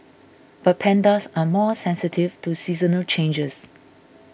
but pandas are more sensitive to seasonal changes